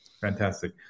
Fantastic